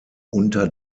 unter